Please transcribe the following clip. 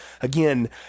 again